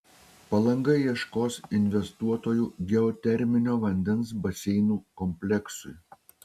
palanga ieškos investuotojų geoterminio vandens baseinų kompleksui